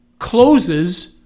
closes